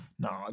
No